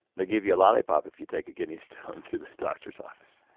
they give you a lollipop if you take a kidney stone to the doctor's office.